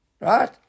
Right